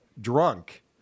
drunk